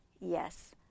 Yes